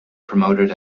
promoted